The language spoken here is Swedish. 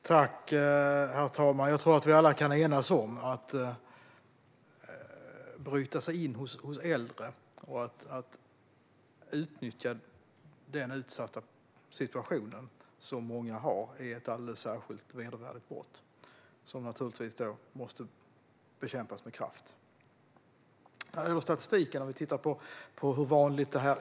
Herr talman! Jag tror att vi alla kan enas om att det är ett alldeles särskilt vedervärdigt brott att bryta sig in hos äldre och att utnyttja den utsatta situation som många befinner sig i. Detta måste naturligtvis bekämpas med kraft. Låt oss titta i statistiken på hur vanligt detta är.